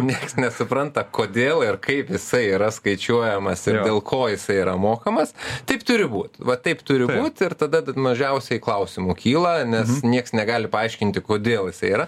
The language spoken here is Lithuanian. nieks nesupranta kodėl ir kaip jisai yra skaičiuojamas ir dėl ko jisai yra mokamas taip turi būt va taip turi būt ir tadad mažiausiai klausimų kyla nes nieks negali paaiškinti kodėl jisai yra